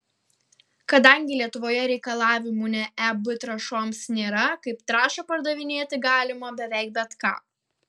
kadangi lietuvoje reikalavimų ne eb trąšoms nėra kaip trąšą pardavinėti galima beveik bet ką